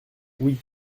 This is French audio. oui